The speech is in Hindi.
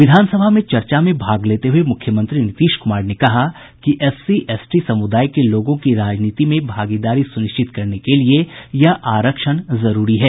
विधानसभा में चर्चा में भाग लेते हुये मुख्यमंत्री नीतीश कुमार ने कहा कि एससी एसटी समुदाय के लोगों की राजनीति में भागीदारी सुनिश्चित करने के लिए यह आरक्षण जरूरी है